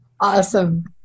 Awesome